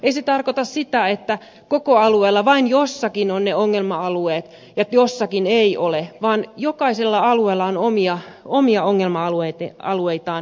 ei se tarkoita koko aluetta että vain jossakin ovat ne ongelma alueet ja jossakin ei ole vaan jokaisella alueella on omia ongelma alueitaan